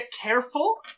careful